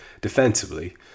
defensively